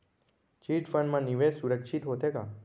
Chit फंड मा निवेश सुरक्षित होथे का?